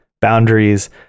boundaries